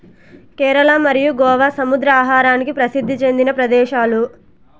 కేరళ మరియు గోవా సముద్ర ఆహారానికి ప్రసిద్ది చెందిన ప్రదేశాలు